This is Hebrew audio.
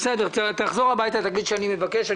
תחזור הביתה ותגיד שאני מבקש.